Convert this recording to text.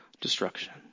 destruction